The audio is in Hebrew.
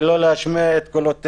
ולא יכולים להשמיע את קולותיהם.